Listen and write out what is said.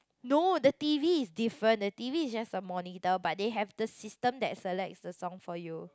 no the T_V is different the T_V is just a monitor but they have the system that selects the song for you